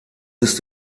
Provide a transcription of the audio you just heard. ist